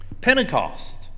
Pentecost